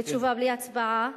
לתשובה בלי הצבעה.